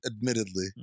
admittedly